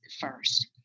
first